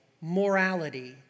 morality